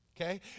Okay